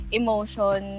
emotion